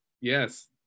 Yes